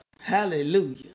Hallelujah